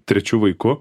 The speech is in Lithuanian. trečiu vaiku